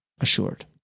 assured